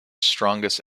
strongest